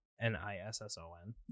N-I-S-S-O-N